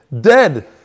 dead